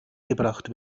gebracht